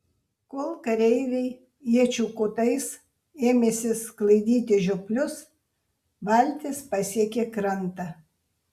kol kareiviai iečių kotais ėmėsi sklaidyti žioplius valtis pasiekė krantą